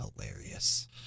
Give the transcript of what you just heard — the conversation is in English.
hilarious